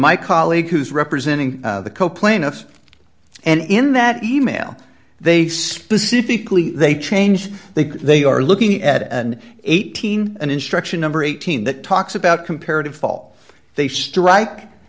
my colleague who is representing the co plaintiff and in that e mail they specifically they change they they are looking at an eighteen an instruction number eighteen that talks about comparative fall they strike